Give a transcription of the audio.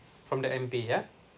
from the M_B yeah